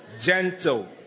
Gentle